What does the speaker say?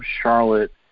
Charlotte